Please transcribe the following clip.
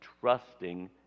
trusting